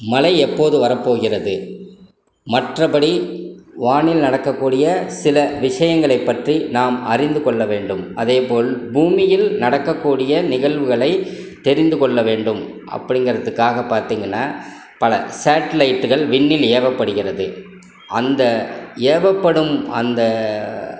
மழை எப்போது வரப் போகிறது மற்றபடி வானில் நடக்கக்கூடிய சில விஷயங்களை பற்றி நாம் அறிந்து கொள்ள வேண்டும் அதேபோல் பூமியில் நடக்கக்கூடிய நிகழ்வுகளை தெரிந்து கொள்ள வேண்டும் அப்படிங்கிறதுக்காக பார்த்தீங்கன்னா பல சேட்லைட்டுகள் விண்ணில் ஏவப்படுகிறது அந்த ஏவப்படும் அந்த